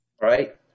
right